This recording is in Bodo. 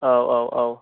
औ औ औ